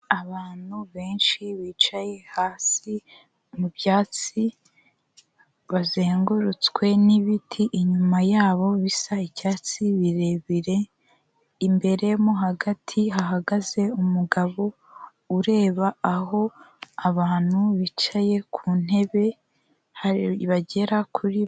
Abantu benshi bicaye hasi mu byatsi bazengurutswe n'ibiti inyuma yabo bisa icyatsi birebire, imbere mo hagati hahagaze umugabo ureba aho abantu bicaye ku ntebe bagera kuri